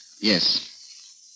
Yes